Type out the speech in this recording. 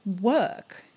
work